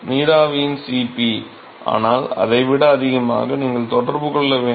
நீராவியின் Cp ஆனால் அதை விட அதிகமாக நீங்கள் தொடர்பு கொள்ள வேண்டும்